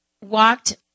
walked